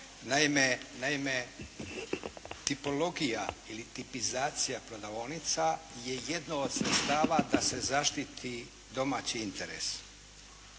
naime, tipologija, ili tipizacija prodavaonica je jedno od sredstava da se zaštiti domaći interes.